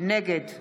נגד